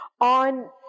on